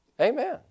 Amen